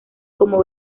como